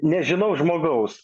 nežinau žmogaus